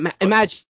Imagine